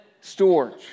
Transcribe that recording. storage